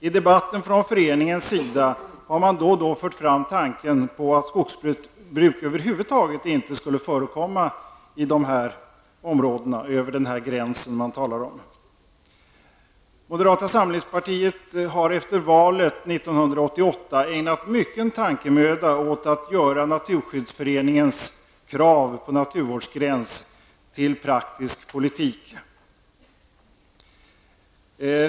I debatten från föreningens sida har man då och då fört fram tanken på att skogsbruk över huvud taget inte skulle få förekomma över denna gräns. Moderata samlingspartiet har efter valet 1988 ägnat mycken tankemöda åt att göra Naturskyddsföreningens krav på naturvårdsgräns till praktisk politik.